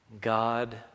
God